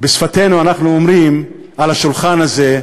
בשפתנו אנחנו אומרים על השולחן הזה,